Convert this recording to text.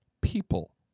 people